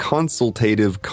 Consultative